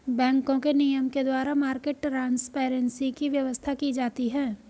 बैंकों के नियम के द्वारा मार्केट ट्रांसपेरेंसी की व्यवस्था की जाती है